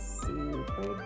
super